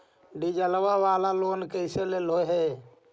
डीजलवा वाला लोनवा कैसे लेलहो हे?